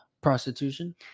prostitution